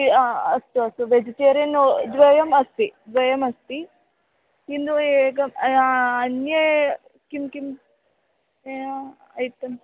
अस्तु अस्तु वेजिटेरियन् द्वयम् अस्ति द्वयमस्ति किन्तु एकम् अन्ये किं किम् ऐटम्